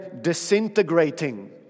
disintegrating